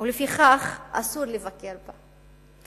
ולפיכך אסור לבקר בה.